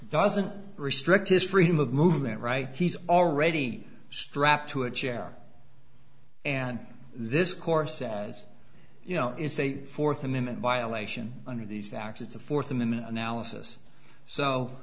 doesn't restrict his freedom of movement right he's already strapped to a chair and this course as you know is a fourth amendment violation under these facts it's a fourth amendment analysis so